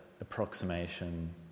approximation